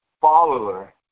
follower